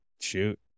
shoot